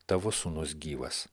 tavo sūnus gyvas